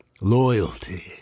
Loyalty